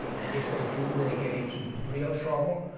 and if they do they get into real trouble.